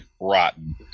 rotten